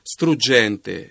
Struggente